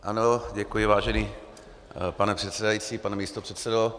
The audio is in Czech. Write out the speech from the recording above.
Ano, děkuji, vážený pane předsedající, pane místopředsedo.